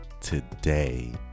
Today